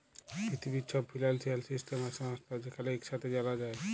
পিথিবীর ছব financial system আর সংস্থা যেখালে ইকসাথে জালা যায়